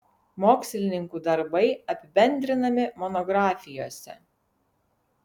mokslininkų darbai apibendrinami monografijose